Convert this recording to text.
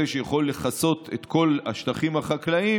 שיכולים לכסות את כל השטחים החקלאיים,